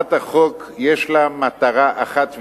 הצעת החוק, יש לה מטרה אחת ויחידה,